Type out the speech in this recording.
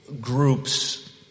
groups